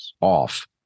off